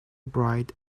bright